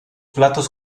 platos